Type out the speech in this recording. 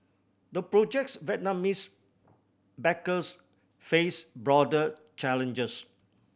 the project's Vietnamese backers face broader challenges